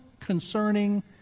concerning